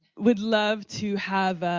we'd love to have,